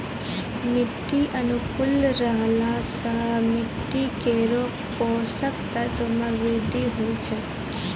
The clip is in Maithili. मिट्टी अनुकूल रहला सँ मिट्टी केरो पोसक तत्व म वृद्धि होय छै